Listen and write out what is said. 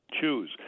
choose